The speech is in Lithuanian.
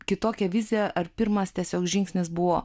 kitokią viziją ar pirmas tiesiog žingsnis buvo